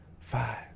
Five